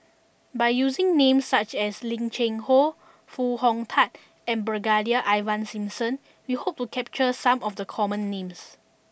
by using names such as Lim Cheng Hoe Foo Hong Tatt and Brigadier Ivan Simson we hope to capture some of the common names